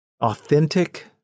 authentic